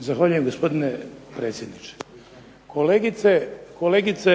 Zahvaljujem gospodine predsjedniče. Kolegice